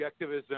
objectivism